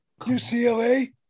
ucla